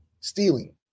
stealing